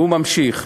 והוא ממשיך.